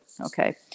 Okay